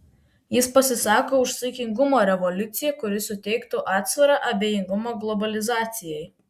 jis pasisako už saikingumo revoliuciją kuri suteiktų atsvarą abejingumo globalizacijai